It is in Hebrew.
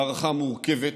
מערכה מורכבת,